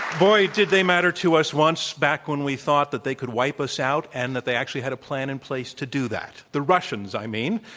boy, did they matter to us once, back when we thought that they could wipe us out, and that they actually had a plan in place to do that. the russians, i mean.